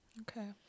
Okay